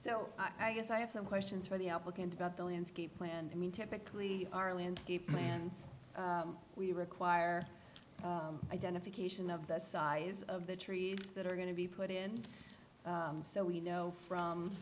so i guess i have some questions for the applicant about the landscape planned i mean typically our landscape plants we require identification of the size of the trees that are going to be put in so we know from